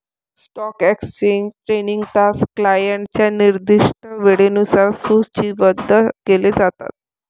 stock exchange trading तास क्लायंटच्या निर्दिष्ट वेळेनुसार सूचीबद्ध केले जातात